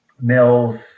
mills